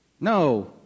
No